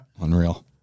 Unreal